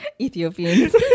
ethiopians